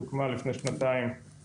וגם השיגה את ההישגים.